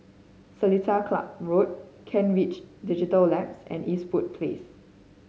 Seletar Club Road Kent Ridge Digital Labs and Eastwood Place